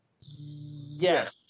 Yes